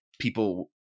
people